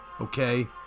Okay